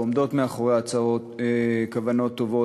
ועומדות מאחוריה כוונות טובות,